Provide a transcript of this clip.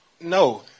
No